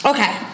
Okay